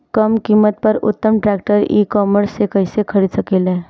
कम कीमत पर उत्तम ट्रैक्टर ई कॉमर्स से कइसे खरीद सकिले?